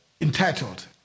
entitled